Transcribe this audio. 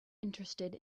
interested